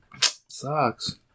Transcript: Sucks